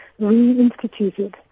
reinstituted